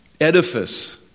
edifice